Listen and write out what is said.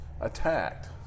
attacked